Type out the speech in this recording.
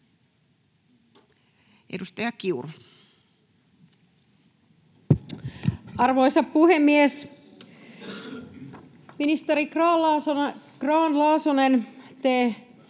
Edustaja Kiuru. Arvoisa puhemies! Ministeri Grahn-Laasonen, te